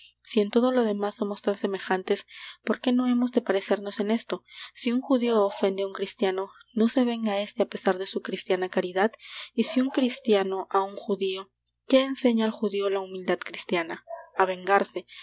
si en todo lo demas somos tan semejantes por qué no hemos de parecernos en esto si un judío ofende á un cristiano no se venga éste á pesar de su cristiana caridad y si un cristiano á un judío qué enseña al judío la humildad cristiana a vengarse